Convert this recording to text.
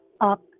up